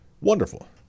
wonderful